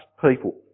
people